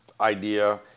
idea